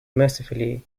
mercifully